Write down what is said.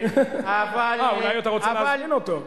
אה, אולי אתה רוצה להזמין אותו.